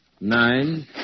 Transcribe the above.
Nine